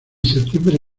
septiembre